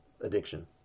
addiction